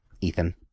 Ethan